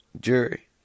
Jury